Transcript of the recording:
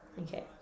Okay